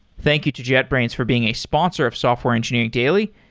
thank you to jetbrains for being a sponsor of software engineering daily.